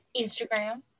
instagram